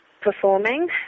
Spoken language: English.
performing